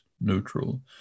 neutral